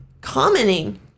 commenting